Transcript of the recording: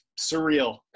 surreal